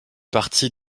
partie